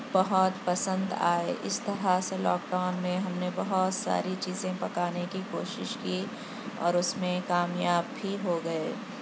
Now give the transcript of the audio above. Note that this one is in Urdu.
بہت پسند آئے اِس طرح سے لاک ڈاؤن میں ہم نے بہت ساری چیزیں پکانے کی کوشش کی اور اُس میں کامیاب بھی ہو گئے